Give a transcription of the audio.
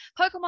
Pokemon